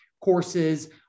courses